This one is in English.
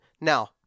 Now